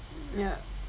yup